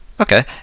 okay